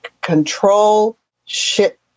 Control-Shift